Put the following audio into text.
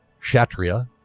kshatriya,